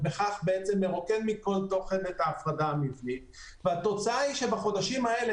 ובכך בעצם מרוקן מכל תוכן את ההפרדה המבנית והתוצאה היא שבחודשים האלה,